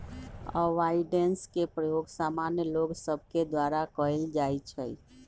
avoidance के प्रयोग सामान्य लोग सभके द्वारा कयल जाइ छइ